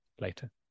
later